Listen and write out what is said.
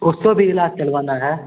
उसको भी इलाज करवाना है